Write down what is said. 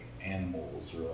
animals